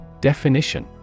Definition